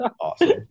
Awesome